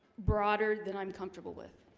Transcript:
broader than i'm comfortable with